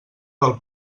del